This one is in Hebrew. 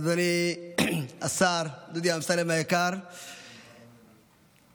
אדוני השר דודי אמסלם היקר, תראו,